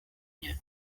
mnie